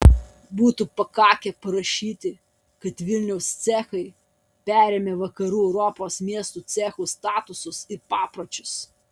būtų pakakę parašyti kad vilniaus cechai perėmė vakarų europos miestų cechų statusus ir papročius